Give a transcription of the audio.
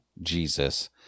Jesus